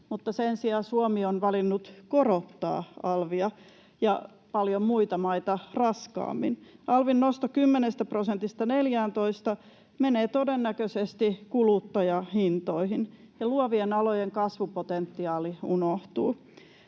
sen sijaan Suomi on valinnut korottaa alvia ja paljon muita maita raskaammin. Alvin nosto 10 prosentista 14 prosenttiin menee todennäköisesti kuluttajahintoihin, ja luovien alojen kasvupotentiaali unohtuu.